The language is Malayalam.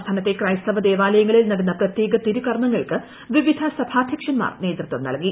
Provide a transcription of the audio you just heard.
സംസ്ഥാനത്തെ ക്രൈസ്തവ ദേവാലയങ്ങളിൽ നടന്ന പ്രത്യേക തിരുകർമ്മങ്ങൾക്ക് വിവിധ സഭാധ്യക്ഷന്മാർ നേതൃത്വം നൽകി